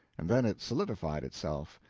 and then it solidified itself,